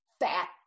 fat